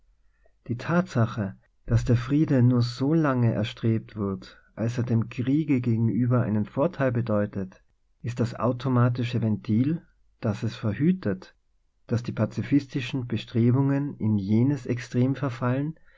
die tatsache daß der friede nur so lange erstrebt wird als er dem kriege gegenüber einen vorteil bedeutet ist das automatische ventil das es verhütet daß die pazifistischen bestrebungen in jenes extrem verfallen